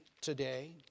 Today